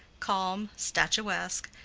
calm, statuesque,